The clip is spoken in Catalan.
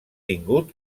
tingut